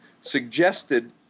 suggested